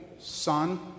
son